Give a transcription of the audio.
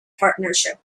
partnership